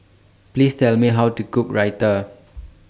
Please Tell Me How to Cook Raita